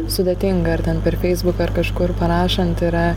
sudėtinga ar ten per feisbuką ar kažkur parašant yra